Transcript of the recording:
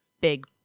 big